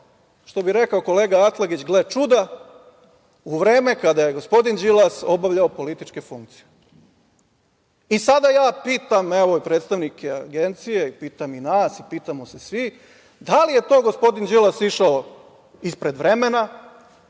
što bi rekao kolega Atlagić – gle čuda, u vreme kada je gospodin Đilas obavljao političke funkcije. Sada ja pitam i predstavnike agencije, pitam i nas i pitamo se svi, da li je to gospodin Đilas išao ispred vremena